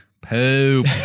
Poop